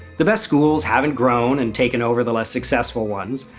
the best schools haven't grown and taken over the less successful ones.